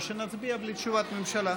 או שנצביע בלי תשובת ממשלה.